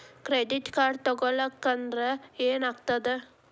Credit card ಕಳ್ಕೊಂಡ್ರ್ ಏನಾಗ್ತದ?